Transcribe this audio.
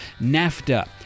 NAFTA